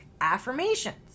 affirmations